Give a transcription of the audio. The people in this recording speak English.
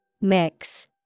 Mix